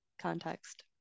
context